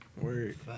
Word